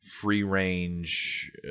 free-range